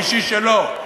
האישי שלו.